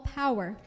power